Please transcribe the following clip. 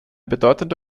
bedeutende